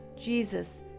Jesus